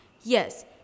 Yes